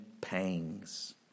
pangs